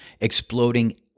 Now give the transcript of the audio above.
exploding